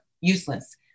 useless